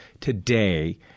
today